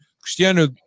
Cristiano